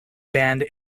band